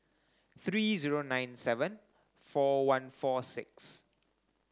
three zero nine seven four one four six